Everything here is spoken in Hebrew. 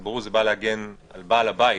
זה ברור שזה בא להגן על בעל הבית